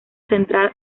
central